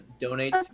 donate